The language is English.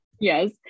Yes